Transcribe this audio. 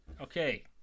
Okay